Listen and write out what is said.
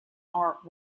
art